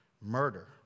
murder